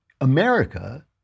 America